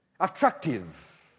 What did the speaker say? Attractive